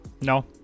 No